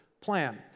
plan